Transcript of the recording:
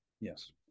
Yes